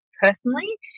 personally